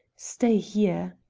stay here.